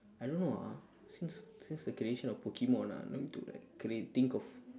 I don't know ah since since the creation of pokemon ah let me do like create think of